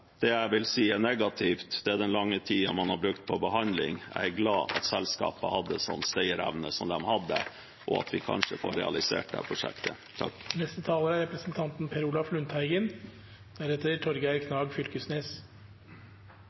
Det jeg vil si er negativt, er den lange tiden man har brukt på behandling. Jeg er glad for at selskapet hadde en sånn stayer-evne som de hadde, og at vi kanskje får realisert dette prosjektet.